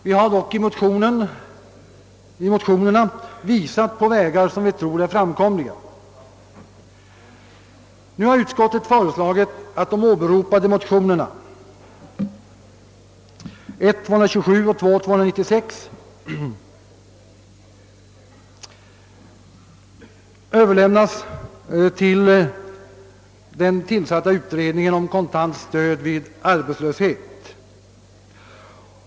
Vi har dock i motionerna visat på vägar som vi tror är framkomliga. Utskottet har — som jag inledningsvis framhöll — föreslagit att motionerna I: 227 och II: 296 överlämnas till den tillsatta utredningen om kontant stöd vid arbetslöshet.